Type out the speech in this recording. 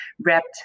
wrapped